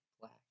black